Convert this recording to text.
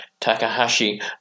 Takahashi